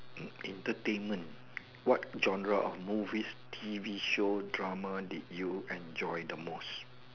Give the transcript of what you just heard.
entertainment what genre of movies T_V show drama did you enjoy the most